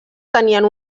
tenien